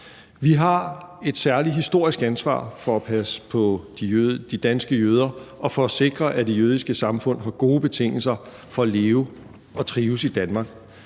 Vi har et særligt historisk ansvar for at passe på de danske jøder og for at sikre, at det jødiske samfund har gode betingelser for at leve og trives i Danmark.